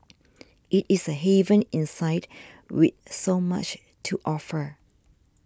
it is a haven inside with so much to offer